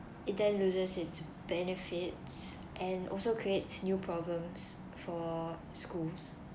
it then loses its benefits and also creates new problems for schools